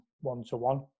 one-to-one